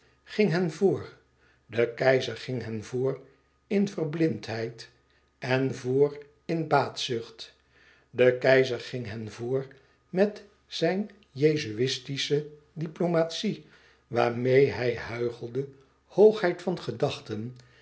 ging hen voor de keizer ging hen voor in verblindheid en voor in baatzucht de keizer ging hen voor met zijn jezuïtische diplomatie waarmeê hij huichelde hoogheid van gedachten